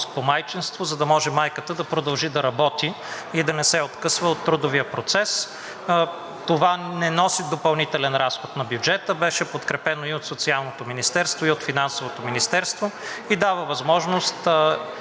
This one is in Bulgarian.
за да може майката да продължи да работи и да не се откъсва от трудовия процес. Това не носи допълнителен разход на бюджета. Беше подкрепено и от Социалното министерство, и от Финансовото министерство, и дава възможност